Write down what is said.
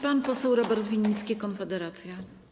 Pan poseł Robert Winnicki, Konfederacja.